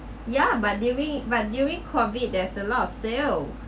ya but during but during COVID there's a lot of sale